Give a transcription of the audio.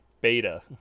beta